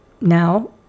now